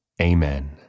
Amen